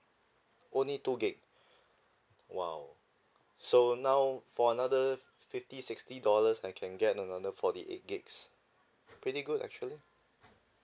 only two gig !wow! so now for another fifty sixty dollars I can get another forty eight gigs pretty good actually